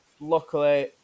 luckily